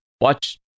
watch